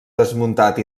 desmuntat